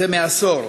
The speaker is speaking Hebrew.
עשור.